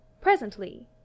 Presently